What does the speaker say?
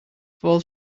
fall